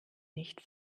nicht